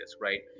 right